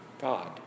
God